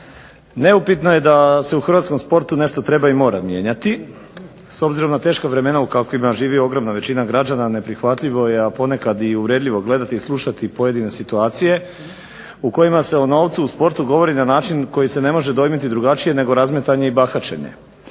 Neupitno je da se u Hrvatskom športu nešto treba i mora mijenjati, s obzirom na teška vremena u kakvima živi velika većina građana neprihvatljivo je a ponekad i uvredljivo gledati i slušati pojedine situacije, u kojima se o novcu u sportu govori na način koji se ne može dojmiti drugačije nego razmetanje i bahaćenje.